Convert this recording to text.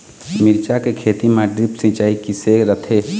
मिरचा के खेती म ड्रिप सिचाई किसे रथे?